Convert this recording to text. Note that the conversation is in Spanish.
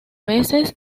veces